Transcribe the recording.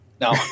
No